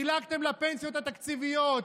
חילקתם לפנסיות התקציביות,